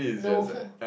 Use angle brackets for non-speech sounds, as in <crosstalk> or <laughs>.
no <laughs>